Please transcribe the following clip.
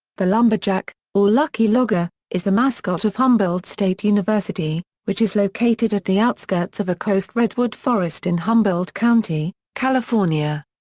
the lumberjack, or lucky logger, is the mascot of humboldt state university, which is located at the outskirts of a coast redwood forest in humboldt county, california.